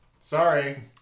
Sorry